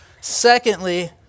secondly